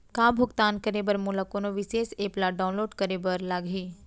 का भुगतान करे बर मोला कोनो विशेष एप ला डाऊनलोड करे बर लागही